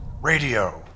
Radio